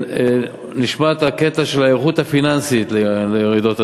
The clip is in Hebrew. נשמט הקטע של ההיערכות הפיננסית לרעידות אדמה,